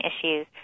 issues